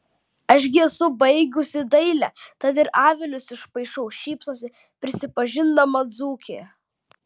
aš gi esu baigusi dailę tad ir avilius išpaišau šypsosi prisipažindama dzūkė